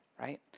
right